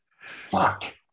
fuck